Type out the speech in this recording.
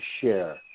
share